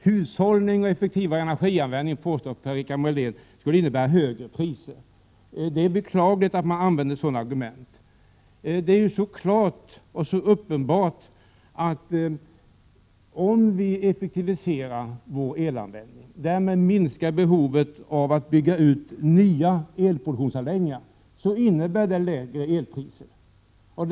Hushållning och effektivare energianvändning påstår Per-Richard Molén skulle innebära högre priser. Det är beklagligt att sådana argument används. Det är ju så uppenbart att om vi effektiviserar vår elanvändning och därmed minskar behovet av att bygga ut nya elproduktionsanläggningar, innebär det lägre elpriser.